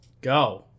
Go